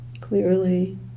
clearly